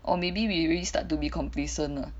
or maybe we really start to be complacent lah